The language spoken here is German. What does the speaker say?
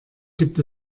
gibt